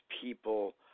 people